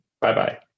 Bye-bye